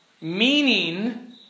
meaning